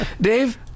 Dave